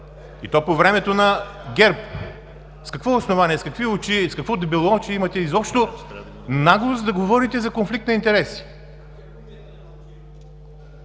и то по времето на ГЕРБ. С какво основание, с какви очи, с какво дебелоочие имате изобщо наглост да говорите за конфликт на интереси?!